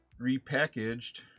repackaged